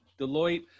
Deloitte